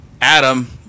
Adam